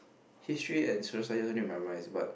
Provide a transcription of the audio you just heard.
history and Social Studies also need to memorize but